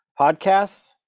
podcasts